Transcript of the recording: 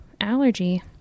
allergy